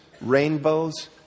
rainbows